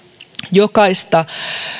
jokaista